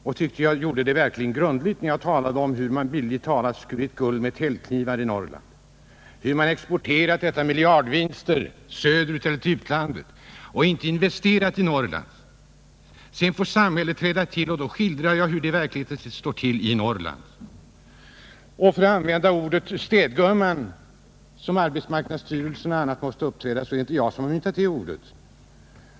Jag tyckte att jag var verkligt grundlig när jag talade om hur man bildligt talat skurit guld med täljknivar i Norrland, hur man exporterat dessa miljardvinster söderut inom Sverige eller till utlandet i stället för att investera i Norrland. Jag skildrade sedan hur samhället får träda till och hur det i verkligheten står till i Norrland. Det är inte jag som myntat begreppet att bland andra arbetsmarknadsstyrelsen måste uppträda som städgumma — det har andra än jag gjort.